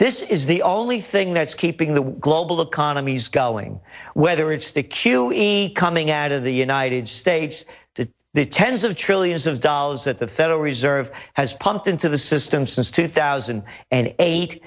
this is the only thing that's keeping the global economies going whether it's to q e coming out of the united states to the tens of trillions of dollars that the federal reserve has pumped into the system since two thousand and eight